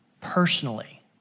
personally